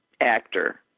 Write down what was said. actor